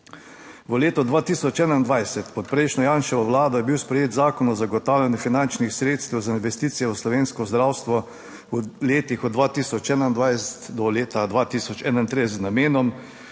V letu 2021, pod prejšnjo Janševo vlado, je bil sprejet Zakon o zagotavljanju finančnih sredstev za investicije v slovensko zdravstvo v letih od 2021 do leta 2031 z namenom,